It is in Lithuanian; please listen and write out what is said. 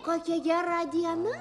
kokia gera diena